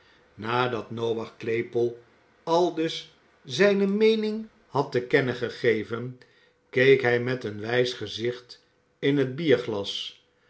nadat noach claypole aldus zijne meening had te kennen gegeven keek hij met een wijs gezicht in het bierglas